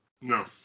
No